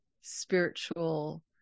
spiritual